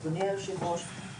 אדוני היושב ראש,